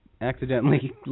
accidentally